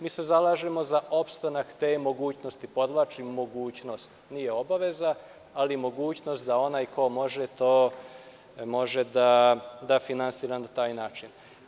Mi se zalažemo za opstanak te mogućnosti, podvlačim - mogućnosti, nije obaveza, ali je mogućnost da onaj ko može, to finansira na taj način.